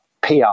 PR